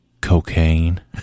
cocaine